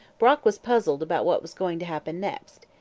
brock was puzzled about what was going to happen next.